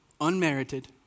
unmerited